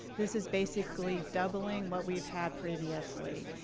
this is basically doubling what we've had previously.